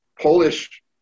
Polish